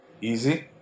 easy